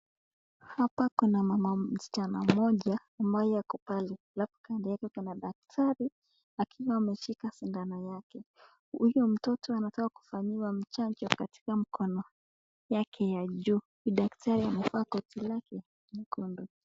Hapa Kuna mama msichana moja ambaye ako pale labda na daktari akiwa ameshika sindano huyu mtoto anataka kufanyiwa chanjo wakati katika mkono yake ya juu idadi.